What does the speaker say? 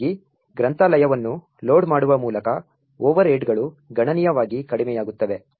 ಹೀಗಾಗಿ ಗ್ರಂಥಾಲಯವನ್ನು ಲೋಡ್ ಮಾಡುವ ಮೂಲಕ ಓವರ್ಹೆಡ್ಗಳು ಗಣನೀಯವಾಗಿ ಕಡಿಮೆಯಾಗುತ್ತವೆ